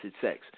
sex